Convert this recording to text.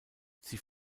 sie